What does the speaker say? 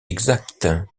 exacte